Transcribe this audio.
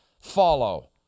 follow